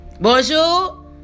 Bonjour